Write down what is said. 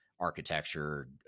architecture